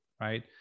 right